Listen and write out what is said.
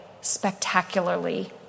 spectacularly